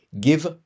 give